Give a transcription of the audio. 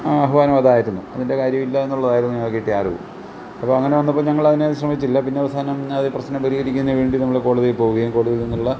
ആഹ്വനം അതായിരുന്നു അതിന്റെ കാര്യമില്ല എന്നുള്ളതായിരുന്നു ഞങ്ങൾക്ക് കിട്ടിയ അറിവ് അപ്പം അങ്ങനെ വന്നപ്പം ഞങ്ങൾ അതിന് ശ്രമിച്ചില്ല പിന്നെ അവസാനം ആ പ്രശ്നം പരിഹരിക്കുന്നതിന് വേണ്ടി നമ്മൾ കോടതി പോവുകയും കോടതിയിൽ നിന്നുള്ള